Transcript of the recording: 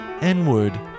N-word